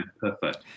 perfect